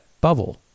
bubble